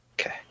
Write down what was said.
Okay